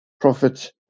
profit